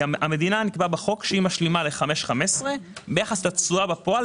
נקבע בחוק שהיא משלימה ל-5.15 ביחס לתשואה בפועל,